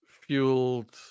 fueled